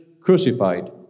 crucified